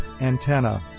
antenna